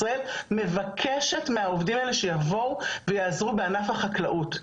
ישראל מבקשת מהעובדים האלה שיבואו ויעזרו בענף החקלאות,